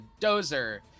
Dozer